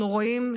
אנחנו רואים,